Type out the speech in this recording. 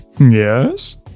Yes